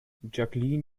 jacqueline